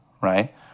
right